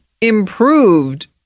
improved